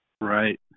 Right